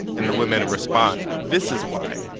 and the women and respond, this is why.